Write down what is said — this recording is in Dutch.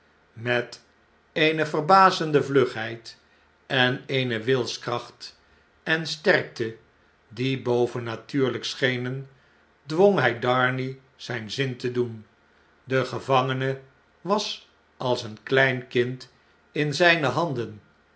met eene verbazende vlugheid en eenewilskracht en sterkte die bovennatuurljjk schenen dwong hy darnay zijn zin te doen de gevangene was als een klein kind in zijne handen